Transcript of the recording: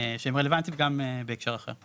שהם רלוונטיים גם בהקשר אחר.